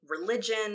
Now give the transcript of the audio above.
religion